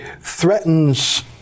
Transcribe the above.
threatens